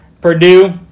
Purdue